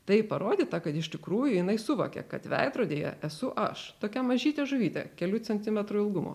tai parodyta kad iš tikrųjų jinai suvokia kad veidrodyje esu aš tokia mažytė žuvytė kelių centimetrų ilgumo